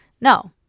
No